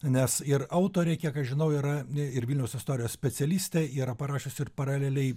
nes ir autorė kiek aš žinau yra ir vilniaus istorijos specialistė yra parašius ir paraleliai